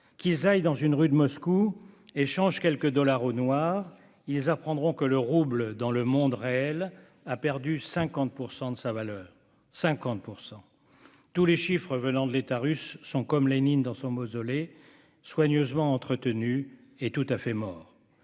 Qu'ils aillent dans une rue de Moscou et changent quelques dollars au noir ; ils apprendront alors que le rouble, dans le monde réel, a perdu 50 % de sa valeur. Tous les chiffres venant de l'État russe sont comme Lénine dans son mausolée : soigneusement entretenus et tout à fait morts. Les